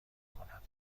کند